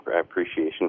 appreciation